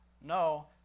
No